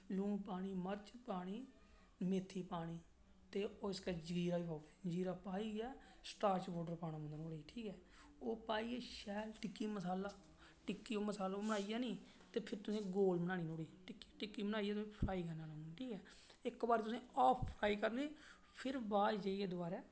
लून पानी मर्च पानी मेथी पानी ते उस करियै जीरा बी पाई ओड़ेआ जीरा पाइयै स्टारच पाउडर पाना नुआढ़े च ठीक ऐ ओह् पाैये शैल टिक्की मसाला पाइयै ते फिर तुसें गी गोल बनानी नुआड़ी टिक्की टिक्की बनाइये फ्राई करनी ठीक ऐ तुसें हाफ फ्राई करनी फिर बाद च जेइयै दुबारे